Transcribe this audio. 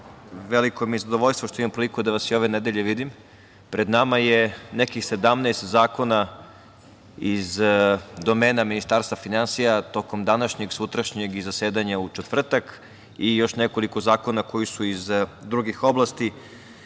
Veliko mi je zadovoljstvo što imam priliku da vas i ove nedelje vidim. Pred nama je nekih 17 zakona iz domena Ministarstva finansija, tokom današnjeg, sutrašnjeg i zasedanja u četvrtak, i još nekoliko zakona koji su iz drugih oblasti.